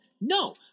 No